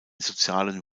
sozialen